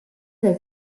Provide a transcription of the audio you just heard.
del